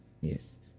yes